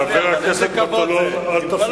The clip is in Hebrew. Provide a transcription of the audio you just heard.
חיילי צה"ל, חבר הכנסת מטלון, אל תפריע לי בבקשה.